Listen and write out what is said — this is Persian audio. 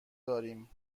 داریم